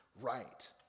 right